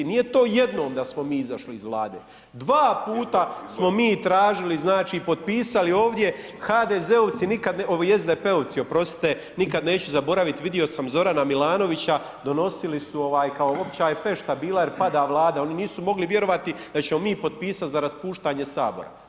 Nije to jednom da smo mi izašli iz Vlade, dva puta smo mi tražili znači, potpisali ovdje HDZ-ovci nikad, ovi SDP-ovci oprostite, nikad neću zaboraviti, vidio sam Zorana Milanovića donosili su kao opća je fešta bila jer pada Vlada, oni nisu mogli vjerovati da ćemo mi potpisati za raspuštanje Sabora.